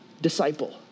Disciple